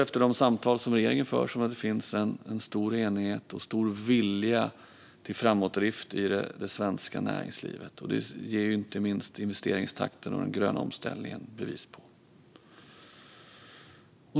Efter de samtal som regeringen för verkar det som att det finns en stor enighet och en stor vilja till framåtdrift i det svenska näringslivet. Det ger inte minst investeringstakten och den gröna omställningen bevis på.